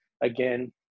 again